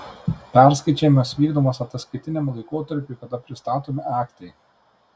perskaičiavimas vykdomas ataskaitiniam laikotarpiui kada pristatomi aktai